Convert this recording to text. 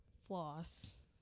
floss